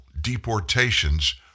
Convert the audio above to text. deportations